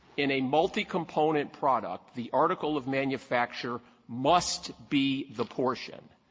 in a multicomponent product, the article of manufacture must be the portion.